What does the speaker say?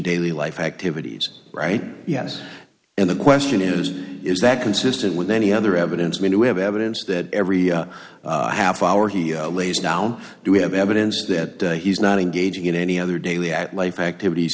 daily life activities right yes and the question is is that consistent with any other evidence when you have evidence that every half hour he lays down do we have evidence that he's not engaging in any other daily at life activities